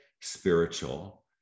spiritual